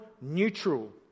neutral